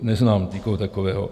Neznám nikoho takového.